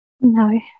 No